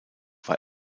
war